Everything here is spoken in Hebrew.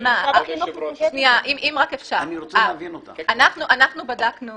בדקנו